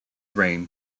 reign